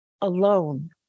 alone